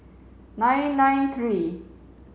nine nine three